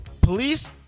Police